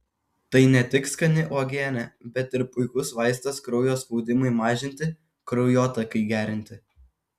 tai ne tik skani uogienė bet ir puikus vaistas kraujo spaudimui mažinti kraujotakai gerinti